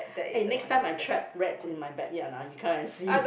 eh next time I trap rats in my backyard ah you come and see